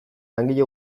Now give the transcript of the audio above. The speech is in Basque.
langile